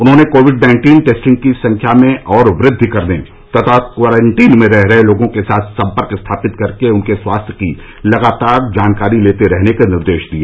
उन्होंने Covid nineteen testing की संख्या में और वृद्धि करने तथा क्वारंटीन में रह रहे लोगों के साथ संपर्क स्थापित कर उनके स्वास्थ्य की लगातार जानकारी लेते रहने के निर्देश दिए